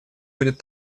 будет